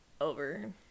over